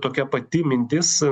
tokia pati mintis